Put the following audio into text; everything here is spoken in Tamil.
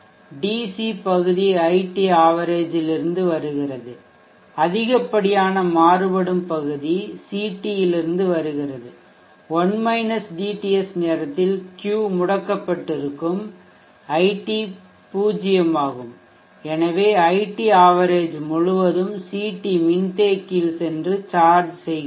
dC பகுதி iT average லிருந்து வருகிறது அதிகப்படியான மாறுபடும் பகுதி CT இலிருந்து வருகிறது 1 dTS நேரத்தில் Q முடக்கப்பட்டிருக்கும் iT பூஜ்ஜியமாகும் எனவே iT average முழுவதும் CT மின்தேக்கியில் சென்று சார்ஜ் செய்கின்றன